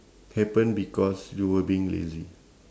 happen because you were being lazy